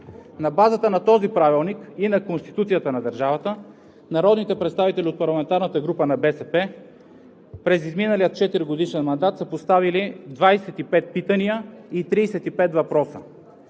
На базата на този правилник и на Конституцията на държавата народните представители от парламентарната група на БСП през изминалия четиригодишен мандат са поставили 25 питания и 35 въпроса.